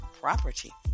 property